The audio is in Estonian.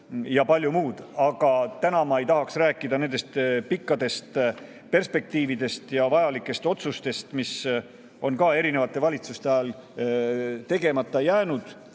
ja palju muud. Aga täna ma ei tahaks rääkida nendest pikkadest perspektiividest ja vajalikest otsustest, mis on erinevate valitsuste ajal tegemata jäänud,